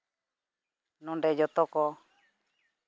ᱱᱚᱸᱰᱮ ᱡᱚᱛᱚ ᱠᱚ